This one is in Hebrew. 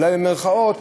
אולי במירכאות,